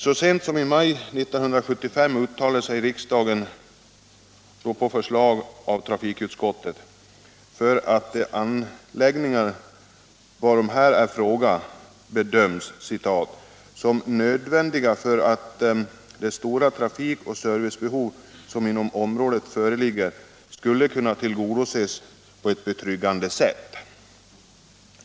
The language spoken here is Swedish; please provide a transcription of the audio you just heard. Så sent som i maj 1975 uttalade sig riksdagen, på förslag av trafikutskottet, för att de anläggningar varom här är fråga skulle bedömas ”som nödvändiga för att de stora trafikoch servicebehov som inom området föreligger skall kunna tillgodoses på ett betryggande sätt.